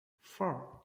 four